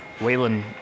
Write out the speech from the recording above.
waylon